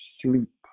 sleep